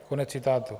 Konec citátu.